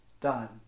done